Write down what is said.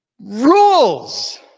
rules